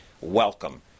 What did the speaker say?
Welcome